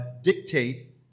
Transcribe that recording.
dictate